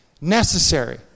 necessary